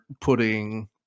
putting